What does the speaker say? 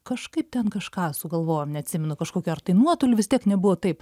kažkaip ten kažką sugalvojom neatsimenu kažkokio ar tai nuotoliu vis tiek nebuvo taip